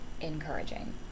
encouraging